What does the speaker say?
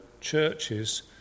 churches